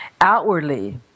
Outwardly